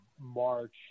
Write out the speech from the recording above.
March